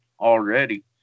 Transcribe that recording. already